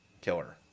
killer